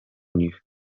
nich